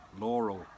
laurel